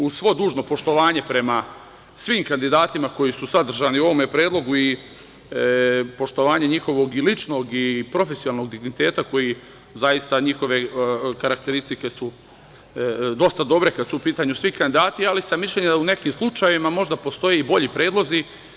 Uz svo dužno poštovanje prema svim kandidatima koji su sadržani u ovom predlogu i poštovanje njihovog ličnog i profesionalnog digniteta, zaista, njihove karakteristike su dosta dobre kada su u pitanju svi kandidati, ali sam mišljenja da u nekim slučajevima možda postoje i bolji predlozi.